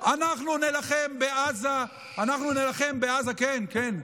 אנחנו נילחם, אנחנו נילחם בעזה, כן, כן.